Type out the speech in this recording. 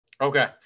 Okay